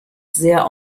sehr